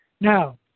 Now